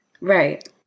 Right